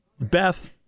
Beth